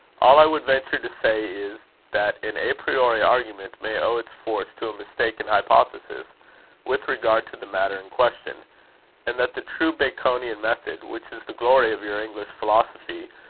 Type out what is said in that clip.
all i would venture to say is, that an a priori argument may owe its force to a mistaken hypothesis with regard to the matter in question and that the true baconian method, which is the glory of your english philosophy,